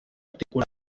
individuos